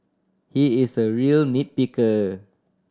he is a real nit picker